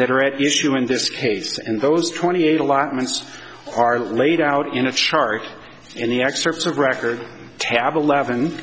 that are at issue in this case and those twenty eight allotments are laid out in a chart in the excerpts of record tab eleven